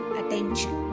attention